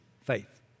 faith